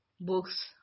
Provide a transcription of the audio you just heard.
books